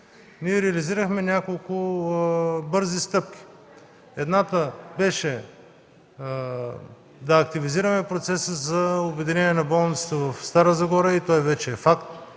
ние реализирахме няколко бързи стъпки. Едната беше да активизираме процеса за обединение на болниците в Стара Загора, и той вече е факт.